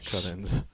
shut-ins